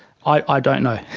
i don't know.